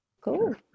cool